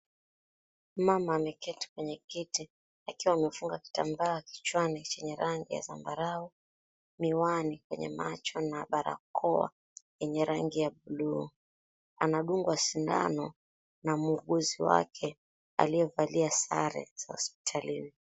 Mama ameketi kwenye kiti, akiwa amefunga kitambaa kichwani chenye rangi ya zambarau, miwani kwenye macho na barakoaa yenye rangi ya buluu. Anadungwa sindano na muuguzi wake aliyevalia sare za hospitalini.